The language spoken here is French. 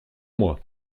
moi